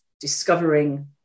discovering